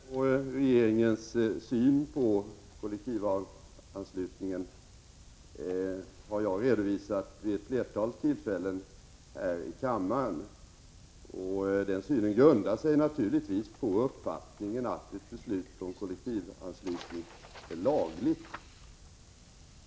Herr talman! Min och regeringens syn på kollektivanslutningen har jag redovisat vid ett flertal tillfällen här i kammaren. Den synen grundar sig naturligtvis på uppfattningen att ett beslut om kollektivanslutning är lagligt.